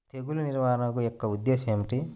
తెగులు నిర్వహణ యొక్క ఉద్దేశం ఏమిటి?